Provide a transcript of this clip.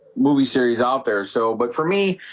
movie series out there. so but for me,